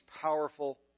powerful